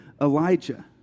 Elijah